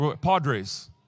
padres